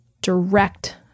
direct